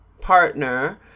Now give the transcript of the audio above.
partner